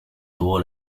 tuvo